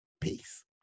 Peace